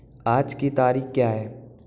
आज की तारीख क्या है